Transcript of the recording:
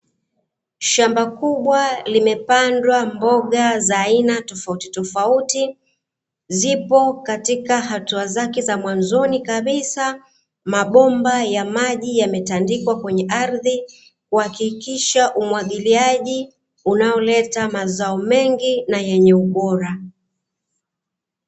Shamba kubwa limepandwa mboga za aina tofautitofauti, zipo katika hatua zake za mwanzoni kabisa. Mabomba ya maji yametandikwa kwenye ardhi, kuhakikisha umwagiliaji unaoleta mazao mengi na yenye ubora.